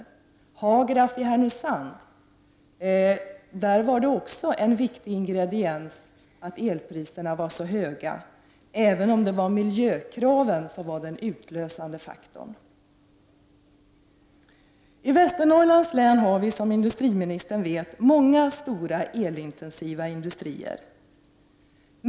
När det gäller Hagrafs i Härnösand var de höga elpriserna också en viktig ingrediens även om det var miljökraven som var den utlösande faktorn. Som industriministern känner till har vi många stora elintensiva industrier i Västernorrlands län.